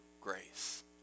grace